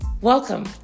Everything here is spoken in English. Welcome